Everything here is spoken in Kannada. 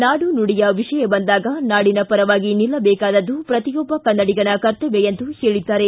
ನಾಡು ನುಡಿಯ ವಿಷಯ ಬಂದಾಗ ನಾಡಿನ ಪರವಾಗಿ ನಿಲ್ಲಬೇಕಾದದ್ದು ಪ್ರತಿಯೊಬ್ಬ ಕನ್ನಡಿಗನ ಕರ್ತವ್ಯ ಎಂದು ಹೇಳಿದ್ದಾರೆ